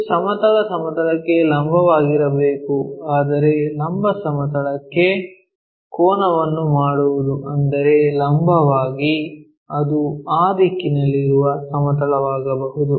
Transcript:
ಇದು ಸಮತಲ ಸಮತಲಕ್ಕೆ ಲಂಬವಾಗಿರಬೇಕು ಆದರೆ ಲಂಬ ಸಮತಲಕ್ಕೆ ಕೋನವನ್ನು ಮಾಡುವುದು ಅಂದರೆ ಲಂಬವಾಗಿ ಅದು ಆ ದಿಕ್ಕಿನಲ್ಲಿರುವ ಸಮತಲವಾಗಬಹುದು